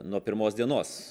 nuo pirmos dienos